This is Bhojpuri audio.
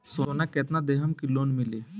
सोना कितना देहम की लोन मिली?